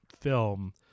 film